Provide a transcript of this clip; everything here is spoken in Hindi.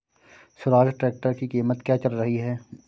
स्वराज ट्रैक्टर की कीमत क्या चल रही है?